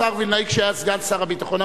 כשהיה שר הביטחון,